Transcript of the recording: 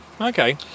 okay